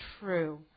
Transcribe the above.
true